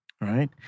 right